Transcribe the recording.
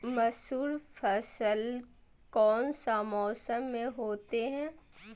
मसूर फसल कौन सा मौसम में होते हैं?